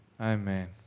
Amen